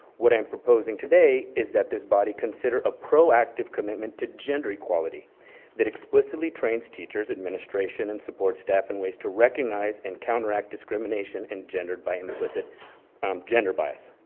what i'm proposing today is that this body consider a proactive commitment to gender equality that explicitly trains teachers, administration, and support staff, in ways to recognize and counteract discrimination engendered by implicit um gender bias.